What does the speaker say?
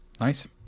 Nice